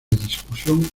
discusión